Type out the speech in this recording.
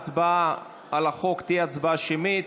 ההצבעה על החוק תהיה הצבעה שמית.